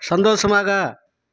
சந்தோஷமாக